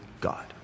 God